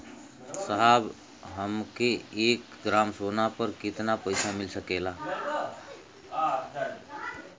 साहब हमके एक ग्रामसोना पर कितना पइसा मिल सकेला?